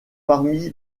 parmi